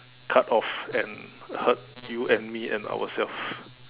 cut off and hurt you and me and ourselves